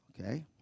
Okay